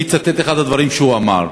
אני אצטט את אחד הדברים שהוא אמר: